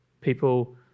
People